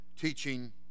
teaching